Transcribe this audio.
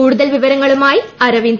കൂടുതൽ വിവരങ്ങളുമായി അരവിന്ദ്